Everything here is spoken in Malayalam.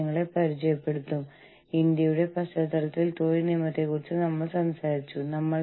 നിങ്ങൾക്ക് പിന്നീടുള്ള പതിപ്പ് കണ്ടെത്താനായാൽ നിങ്ങൾക്ക് അത് വാങ്ങാം